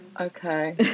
Okay